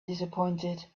disappointed